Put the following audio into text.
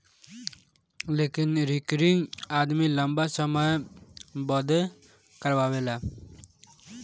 लेकिन रिकरिंग आदमी लंबा समय बदे करावेला